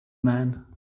man